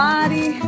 Body